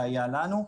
הלאומי.